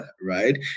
right